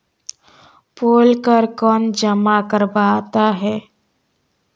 पोल कर कौन जमा करवाता है?